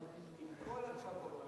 כל הכבוד,